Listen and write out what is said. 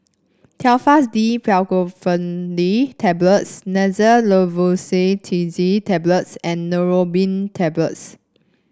Telfast D Fexofenadine Tablets Xyzal Levocetirizine Tablets and Neurobion Tablets